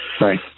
Right